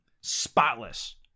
spotless